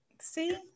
See